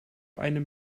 einem